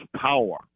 power